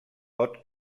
pot